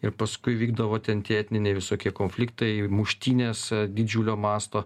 ir paskui vykdavo ten tie etniniai visokie konfliktai muštynės didžiulio masto